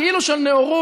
כאילו של נאורות.